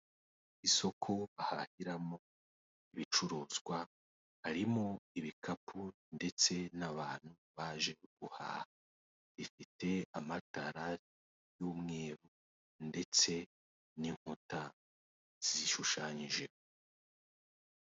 Isoko bahahiramo ibicuruzwa harimo ibikapu ndetse n'abantu baje guhaha. Rifite amatara y'umweru ndetse n'inkuta zishushanyijeho.